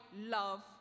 love